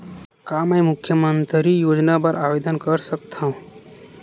का मैं मुख्यमंतरी योजना बर आवेदन कर सकथव?